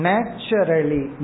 Naturally